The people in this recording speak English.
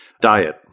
Diet